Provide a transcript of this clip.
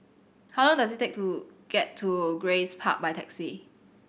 how long does it take to get to Grace Park by taxi